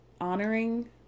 honoring